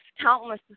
countless